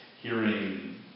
hearing